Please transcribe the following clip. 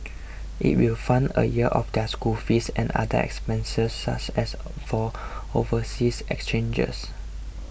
it will fund a year of their school fees and other expenses such as for overseas exchangers